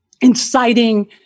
inciting